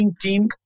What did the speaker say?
team